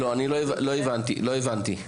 לא הבנתי,